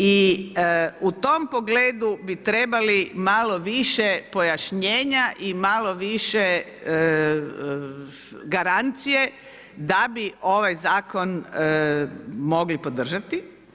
I u tom pogledu bi trebali malo više pojašnjenja i malo više garancije da bi ovaj zakon mogli podržati.